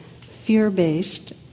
fear-based